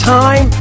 time